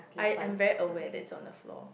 I am very aware that it's on the floor